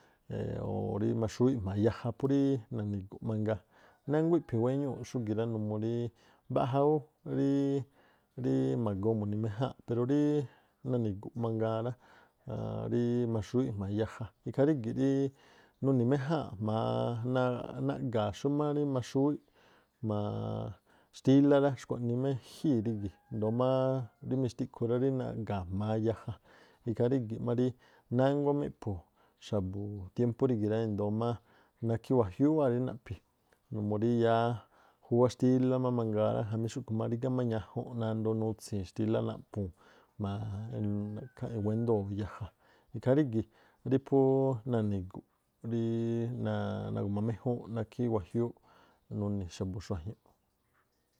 rí maxúwíꞌ jma̱a yaja phú rí nani̱gu̱ꞌ mangaa, nánguá iꞌphi̱ wéñúu̱ꞌ xúgi̱ rá mbaꞌja ma̱goo muni̱ méjánꞌ. Pero rí nani̱gu̱ꞌ ma̱gaa rá ríí maxúwíꞌ jma̱a yaja, ikhaa rígi̱ rí nuni̱ méjáa̱nꞌ jma̱a naaꞌ- naꞌga̱a̱- xúmá rí maxúwíꞌ jma̱a xtílá rá, xkhua̱ꞌnii má ejii̱ rígi̱ꞌ, ndoo̱ má rí mixtiꞌkhu rá ríí naꞌga̱a̱ jma̱a yaja. Ikhaa rígi̱ má rí nánguá má iꞌphu̱ xa̱bu̱ tiémpú rígi̱ rá, i̱ndóó má nakhí wajiúúꞌ wáa̱ rí naꞌphi. Numuu rí júwá xtílá má mangaa rá, jamí xúꞌkhu̱ má rígá má ñajunꞌ nandoo nutsii̱n xtílá naꞌphuu̱n ra̱ꞌkháá e̱wéndoo̱ yaja. Ikhaa rígi̱ rí phúú nani̱gu̱ꞌ nagu̱ma méjúúnꞌ nákhí wajiúúꞌ nuni̱ xa̱bu̱ xuajñu̱ꞌ.